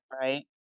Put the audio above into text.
right